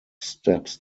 steps